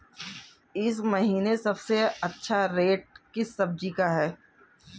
इस महीने सबसे अच्छा रेट किस सब्जी का है?